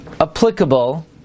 applicable